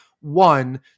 one